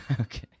Okay